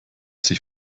sich